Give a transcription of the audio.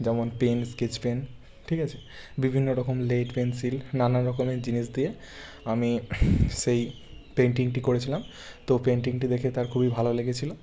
যেমন pen sketch pen ঠিক আছে বিভিন্ন রকম স্লেট পেন্সিল নানা রকমের জিনিস দিয়ে আমি সেই পেন্টিংটি করেছিলাম তো পেন্টিংটি দেখে তার খুবই ভালো লেগেছিলো